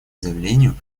заявлению